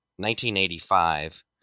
1985